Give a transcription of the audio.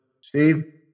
Steve